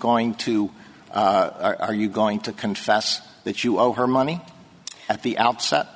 going to are you going to confess that you owe her money at the outset